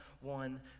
one